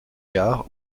gares